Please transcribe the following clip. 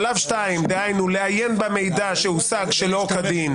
שלב שני, דהיינו לעיין במידע שהושג שלא כדין.